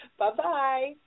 Bye-bye